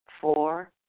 Four